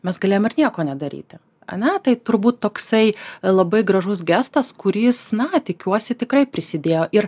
mes galėjom ir nieko nedaryti ane tai turbūt toksai labai gražus gestas kuris na tikiuosi tikrai prisidėjo ir